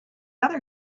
other